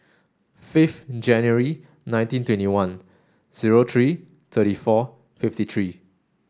fifth January nineteen twenty one zero three thirty four fifty three